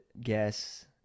guess